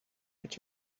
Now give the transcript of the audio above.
got